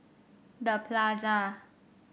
The Plaza